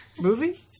movie